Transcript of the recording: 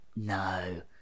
no